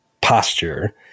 posture